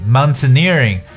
Mountaineering